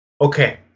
Okay